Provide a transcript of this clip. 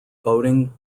boating